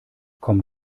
komm